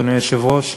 אדוני היושב-ראש,